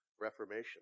Reformation